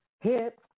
hips